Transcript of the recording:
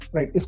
Right